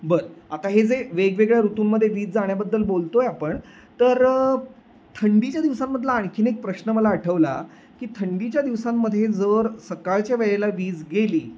बरं आता हे जे वेगवेगळ्या ऋतूंमध्ये वीज जाण्याबद्दल बोलतो आहे आपण तर थंडीच्या दिवसांमधला आणखीन एक प्रश्न मला आठवला की थंडीच्या दिवसांमध्ये जर सकाळच्या वेळेला वीज गेली